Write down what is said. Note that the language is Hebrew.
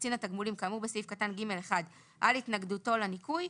קצין התגמולים כאמור בסעיף קטן (ג1) על התנגדותו לניכוי,